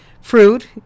fruit